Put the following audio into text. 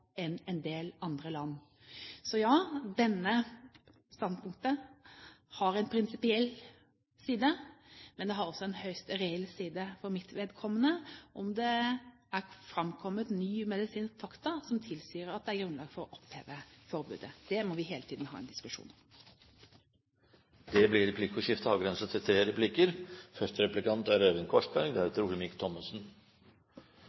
enn i en del andre land. Så ja, dette standpunktet har en prinsipiell side, men det har også en høyst reell side for mitt vedkommende – om det er framkommet nye medisinske fakta som tilsier at det er grunnlag for å oppheve forbudet. Det må vi hele tiden ha en diskusjon om. Det blir replikkordskifte.